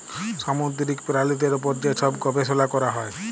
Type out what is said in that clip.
সামুদ্দিরিক পেরালিদের উপর যে ছব গবেষলা ক্যরা হ্যয়